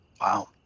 wow